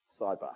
Sidebar